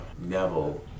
Neville